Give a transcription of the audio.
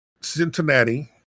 Cincinnati